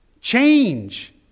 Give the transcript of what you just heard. Change